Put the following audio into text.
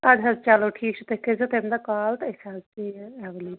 اَدٕ حظ چَلو ٹھیٖک چھُ تُہۍ کٔرزیٚو تَمہِ دۄہ کال تہٕ أسۍ حظ ایٚولیبٕل